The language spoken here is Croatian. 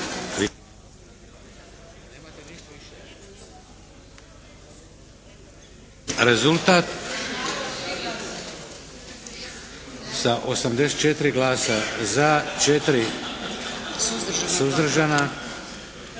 Rezultat? Sa 84 glasa za, 4 suzdržana,